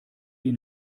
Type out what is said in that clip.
die